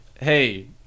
Hey